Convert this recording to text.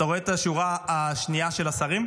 אתה רואה את השורה השנייה של השרים?